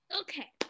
Okay